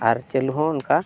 ᱟᱨ ᱪᱟᱹᱞᱩᱦᱚᱸ ᱚᱱᱠᱟ